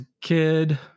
kid